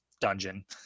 dungeon